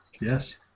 Yes